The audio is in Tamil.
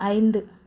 ஐந்து